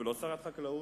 ולא שרת החקלאות.